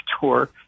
tour